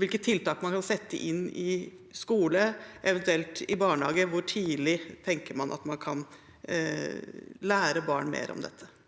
hvilke tiltak man kan sette inn i skolen, eventuelt i barnehagen – hvor tidlig tenker man at man kan lære barn mer om dette?